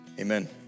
Amen